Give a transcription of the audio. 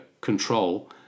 control